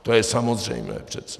To je samozřejmé přece.